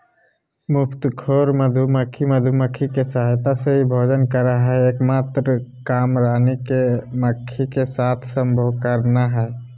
मुफ्तखोर मधुमक्खी, मधुमक्खी के सहायता से ही भोजन करअ हई, एक मात्र काम रानी मक्खी के साथ संभोग करना हई